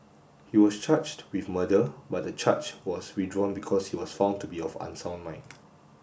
he was charged with murder but the charge was withdrawn because he was found to be of unsound mind